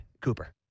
Cooper